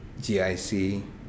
GIC